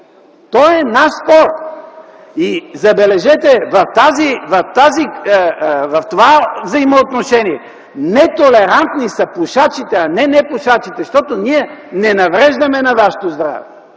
Това е наш спор. Забележете, в това взаимоотношение нетолерантни са пушачите, а не непушачите, защото ние не навреждаме на вашето здраве,